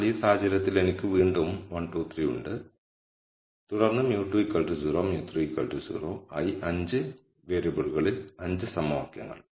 അതിനാൽ ഈ സാഹചര്യത്തിൽ എനിക്ക് വീണ്ടും 1 2 3 ഉണ്ട് തുടർന്ന് μ2 0 μ3 0 ആയി 5 വേരിയബിളുകളിൽ 5 സമവാക്യങ്ങൾ